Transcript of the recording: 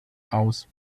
aus